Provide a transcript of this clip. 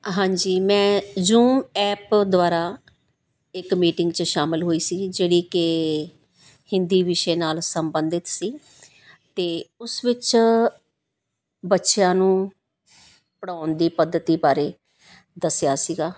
ਹਾਂਜੀ ਮੈਂ Zoom app ਦੁਆਰਾ ਇੱਕ ਮੀਟਿੰਗ 'ਚ ਸ਼ਾਮਿਲ ਹੋਈ ਸੀਗੀ ਜਿਹੜੀ ਕਿ ਹਿੰਦੀ ਵਿਸ਼ੇ ਨਾਲ ਸੰਬੰਧਿਤ ਸੀ ਅਤੇ ਉਸ ਵਿੱਚ ਬੱਚਿਆਂ ਨੂੰ ਪੜ੍ਹਾਉਣ ਦੀ ਪਦਤੀ ਬਾਰੇ ਦੱਸਿਆ ਸੀਗਾ